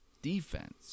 Defense